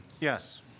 Yes